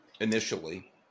initially